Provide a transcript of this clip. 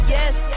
yes